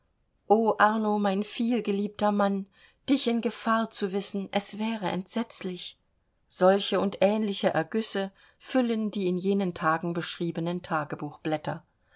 arno mein vielgeliebter mann dich in gefahr zu wissen es wäre entsetzlich solche und ähnliche ergüsse füllen die in jenen tagen beschriebenen